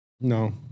no